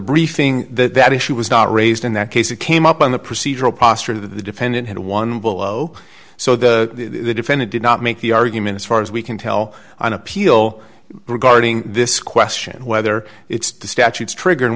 briefing that that issue was raised in that case it came up on the procedural posture that the defendant had one below so the defendant did not make the argument as far as we can tell on appeal regarding this question whether it's the statutes trigger